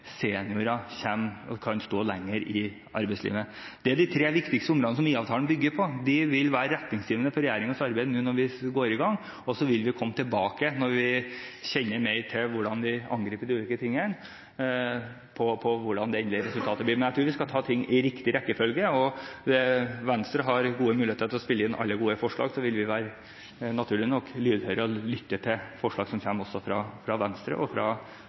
kan stå lenger i arbeidslivet. Det er de tre viktigste områdene som IA-avtalen bygger på. De vil være retningsgivende for regjeringens arbeid nå når vi går i gang, og så vil vi komme tilbake når vi kjenner mer til hvordan vi angriper de ulike tingene, med hensyn til hvordan resultatet blir. Men jeg tror vi skal ta ting i riktig rekkefølge. Venstre har gode muligheter til å spille inn alle gode forslag, og så vil vi – naturlig nok – være lydhøre og lytte til forslag som kommer også fra Venstre og